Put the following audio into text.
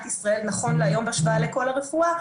ישראל נכון להיום בהשוואה לכל הרפואה.